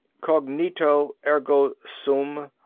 cognito ergo sum.